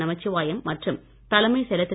நமச்சிவாயம் மற்றும் தலைமச் செயலர் திரு